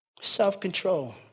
Self-control